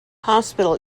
hospital